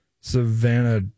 Savannah